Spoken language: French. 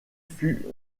fut